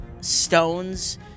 stones